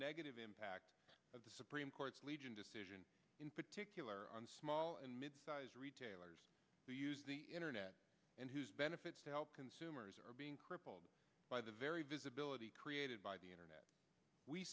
negative impact of the supreme court's decision in particular on small and midsize retailers who use the internet and whose benefits to help consumers are being crippled by the very visibility created by the internet we